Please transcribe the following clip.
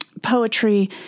poetry